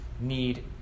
need